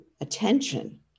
attention